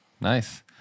nice